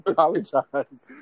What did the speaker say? Apologize